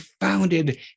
founded